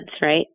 right